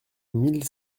mille